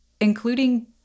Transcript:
including